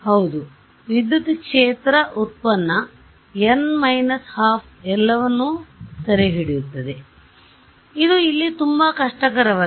ಹೌದು ವಿದ್ಯುತ್ ಕ್ಷೇತ್ರ ವ್ಯುತ್ಪನ್ನ n 12 ಎಲ್ಲವನ್ನೂ ಸೆರೆಹಿಡಿಯುತ್ತದೆ ಆದ್ದರಿಂದ ಇದು ಇಲ್ಲಿ ತುಂಬಾ ಕಷ್ಟಕರವಲ್ಲ